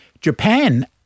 Japan